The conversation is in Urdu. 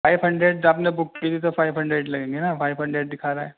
فائیو ہنڈریڈ جب آپ نے بک کی ہوئی تھی تو فائیو ہنڈریڈ لگیں گے نا فائیو ہنڈریڈ دکھا رہا ہے